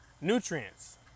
nutrients